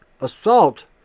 assault